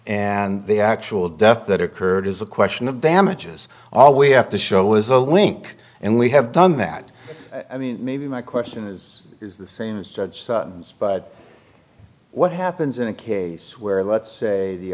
and the actual death that occurred is a question of damages all we have to show is a link and we have done that i mean maybe my question is is the same as judged by what happens in a case where let's say the